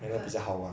but